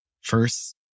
first